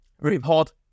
report